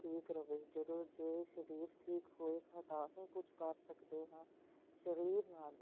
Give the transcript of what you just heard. ਠੀਕ ਰਵੇ ਜਦੋਂ ਜੇ ਸਰੀਰ ਠੀਕ ਹੋਏ ਤਾਂ ਹੀ ਕੁਛ ਕਰ ਸਕਦੇ ਹਾਂ ਸਰੀਰ ਨਾਲ